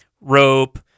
Rope